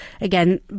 again